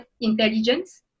intelligence